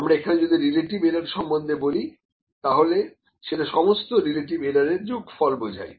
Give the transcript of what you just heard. আমরা এখানে যদি রিলেটিভ এরার সম্বন্ধে বলি তাহলে সেটা সমস্ত রিলেটিভ এরার এর যোগফল বোঝাই